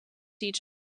each